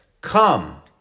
Come